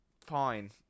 Fine